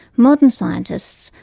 modern scientists,